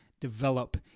develop